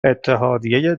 اتحادیه